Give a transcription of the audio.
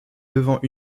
devant